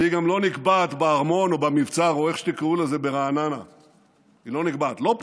והיא גם לא נקבעת בארמון או במבצר או איך שתקראו לזה ברעננה.